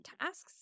tasks